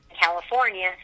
California